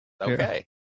okay